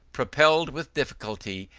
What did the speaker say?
propelled with difficulty,